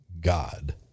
God